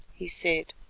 he said,